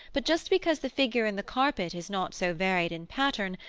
but just because the figure in the carpet is not so varied in pattern,